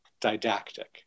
didactic